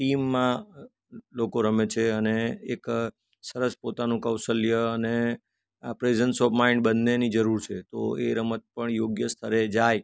ટીમમાં લોકો રમે છે અને એક સરસ પોતાનું કૌશલ્ય અને પ્રેઝન્સ ઓફ માઈન્ડ બન્નેની જરૂર છે તો એ રમત પણ યોગ્ય સ્તરે જાય